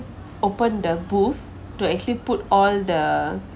open the boot to actually put all the